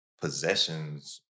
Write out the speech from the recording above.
possessions